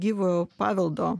gyvo paveldo